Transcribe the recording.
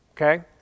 okay